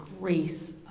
grace